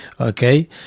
okay